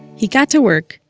he got to work,